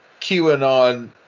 QAnon